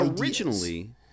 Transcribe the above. Originally